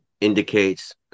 indicates